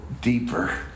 deeper